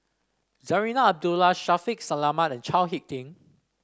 Zarinah Abdullah Shaffiq Selamat and Chao HicK Tin